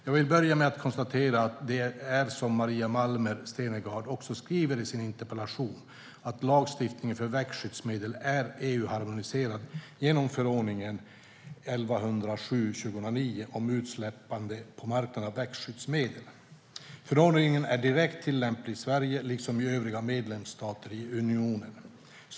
Jag vill börja med att konstatera att det är som Maria Malmer Stenergard också skriver i sin interpellation, att lagstiftningen om växtskyddsmedel är EU-harmoniserad genom förordning 1107/2009 om utsläppande på marknaden av växtskyddsmedel. Förordningen är direkt tillämplig i Sverige liksom i övriga medlemsstater i unionen.